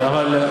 יש לי לענות.